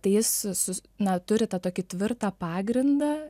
tai jis su na turi tą tokį tvirtą pagrindą